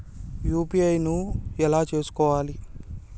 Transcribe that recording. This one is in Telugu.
యూ.పీ.ఐ ను ఎలా చేస్కోవాలి?